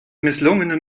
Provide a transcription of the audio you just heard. misslungenen